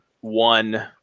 one